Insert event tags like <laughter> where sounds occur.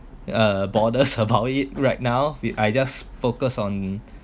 uh bothers <laughs> about it right now I just focused on